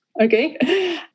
Okay